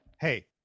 hey